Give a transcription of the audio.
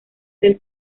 del